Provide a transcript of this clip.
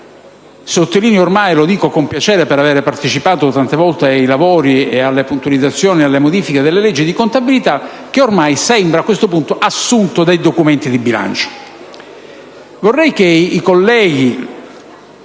sottolineo ormai, e lo dico con piacere, per aver partecipato tante volte ai lavori, alle puntualizzazioni e alle modifiche delle leggi di contabilità - sembra a questo punto assunto dai documenti di bilancio.